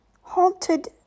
halted